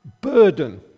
burden